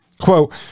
quote